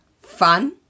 fun